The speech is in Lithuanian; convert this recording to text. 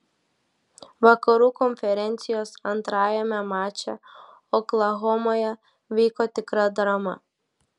vakarų konferencijos antrajame mače oklahomoje vyko tikra drama